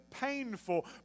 painful